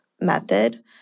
method